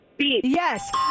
Yes